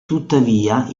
tuttavia